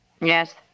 Yes